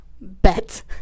Bet